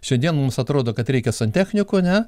šiandien mums atrodo kad reikia santechniko ane